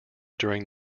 during